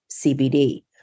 CBD